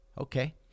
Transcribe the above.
Okay